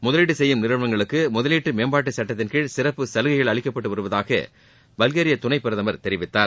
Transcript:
முதலீடு செய்யும் நிறுவனங்களுக்கு முதலீட்டு மேம்பாட்டு சட்டத்தின்கீழ் சிறப்பு சலுகைகள் அளிக்கப்பட்டு வருவதாக பல்கேரிய துணை பிரதமர் தெரிவித்தார்